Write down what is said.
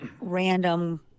random